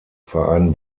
verein